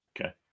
Okay